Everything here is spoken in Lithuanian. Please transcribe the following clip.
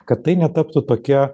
kad tai netaptų tokia